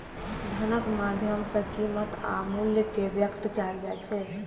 धनक माध्यम सं कीमत आ मूल्य कें व्यक्त कैल जाइ छै